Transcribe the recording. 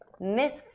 myths